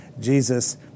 Jesus